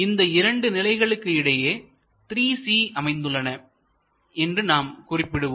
இந்த இரண்டு நிலைகளுக்கு இடையே 3 C அமைந்துள்ளன என்று நாம் குறிப்பிடுவோம்